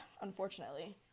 unfortunately